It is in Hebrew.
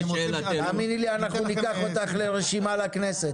תאמיני לי, אנחנו ניקח אותך לרשימה לכנסת.